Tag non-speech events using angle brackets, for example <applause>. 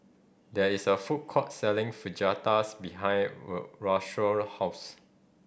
there is a food court selling Fajitas behind <unintelligible> Rashawn house